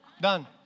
Done